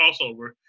crossover